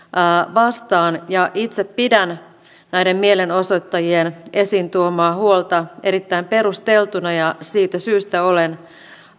vastaan itse pidän näiden mielenosoittajien esiin tuomaa huolta erittäin perusteltuna ja siitä syystä olen